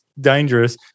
dangerous